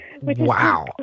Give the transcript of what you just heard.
Wow